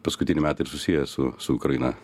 paskutiniai metai taip susiję su su ukraina